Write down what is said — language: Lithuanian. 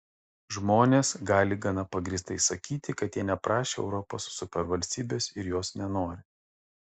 žmonės gali gana pagrįstai sakyti kad jie neprašė europos supervalstybės ir jos nenori